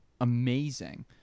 amazing